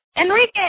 Enrique